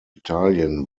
italien